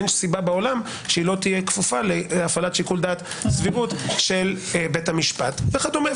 אין סיבה שלא תהיה כפופה להפעלת שיקול דעת סבירות של בית המשפט וכדומה.